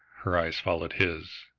her eyes followed his.